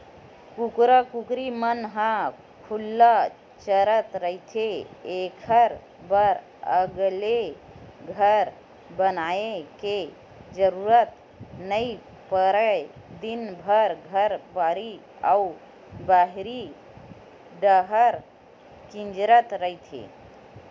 कुकरा कुकरी मन ह खुल्ला चरत रहिथे एखर बर अलगे घर बनाए के जरूरत नइ परय दिनभर घर, बाड़ी अउ बाहिर डाहर किंजरत रहिथे